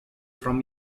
from